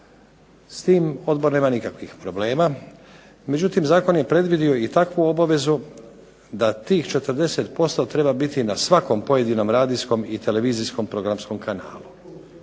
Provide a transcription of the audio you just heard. S tim odbor nema nikakvih problema, međutim zakon je predvidio i takvu obavezu da tih 40% treba biti na svakom pojedinom radijskom i televizijskom programskom kanalu.